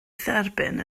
dderbyn